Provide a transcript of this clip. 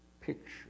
picture